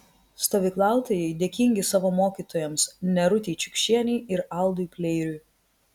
stovyklautojai dėkingi savo mokytojams nerutei čiukšienei ir aldui pleiriui